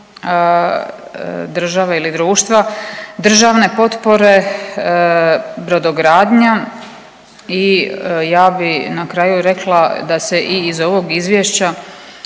države ili društva, državne potpore, brodogradnja. I ja bih na kraju rekla da se i iz ovog izvješća